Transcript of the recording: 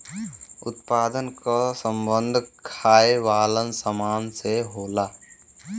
उत्पादन क सम्बन्ध खाये वालन सामान से होला